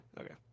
Okay